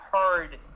heard